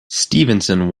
stevenson